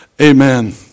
amen